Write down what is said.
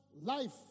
life